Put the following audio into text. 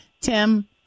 Tim